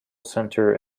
center